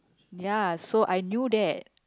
ya so I knew that